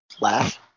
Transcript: laugh